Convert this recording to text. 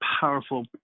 powerful